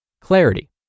clarity